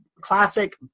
classic